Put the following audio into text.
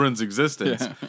existence